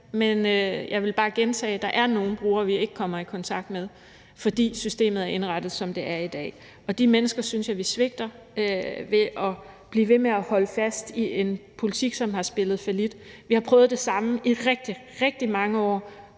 men jeg vil bare gentage, at der er nogle brugere, vi ikke kommer i kontakt med, fordi systemet er indrettet, som det er i dag. De mennesker synes jeg vi svigter ved at blive ved med at holde fast i en politik, som har spillet fallit. Vi har prøvet det samme i rigtig, rigtig mange år.